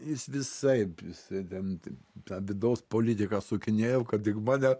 jis visaip jisai ten taip tą vidaus politiką sukinėjo kad tik mane